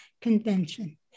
convention